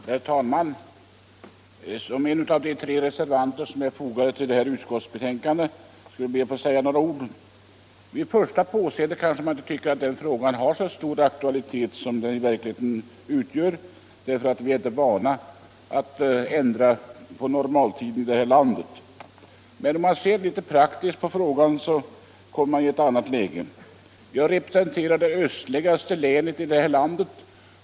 Herr talman! Eftersom jag varit med om att underteckna den reservation som är fogad till detta betänkande ber jag att få säga några ord. Det kan vid första påseendet tyckas som om denna fråga inte har så stor aktualitet. Vi är i det här landet inte vana vid att göra ändringar i normaltiden. Men om man ser, litet praktiskt på frågan kommer man till en annan uppfattning. Jag representerar det östligaste länet i det här landet.